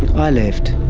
i left,